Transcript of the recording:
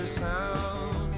sound